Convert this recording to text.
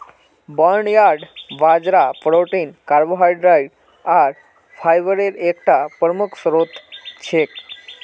barnyard बाजरा protein carbohydrate आर फाईब्रेर एकता प्रमुख स्रोत छिके